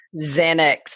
xanax